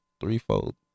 threefold